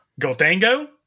Goldango